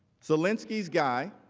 zelensky's guy